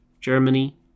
Germany